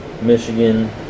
Michigan